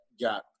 got